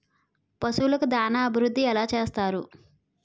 పశువులకు దాన అభివృద్ధి ఎలా చేస్తారు?